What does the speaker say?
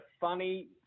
funny